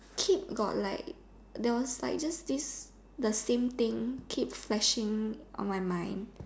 keep got like there was sizes these the same thing keep flashing on my mind